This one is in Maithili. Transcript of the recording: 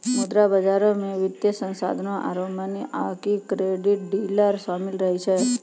मुद्रा बजारो मे वित्तीय संस्थानो आरु मनी आकि क्रेडिट डीलर शामिल रहै छै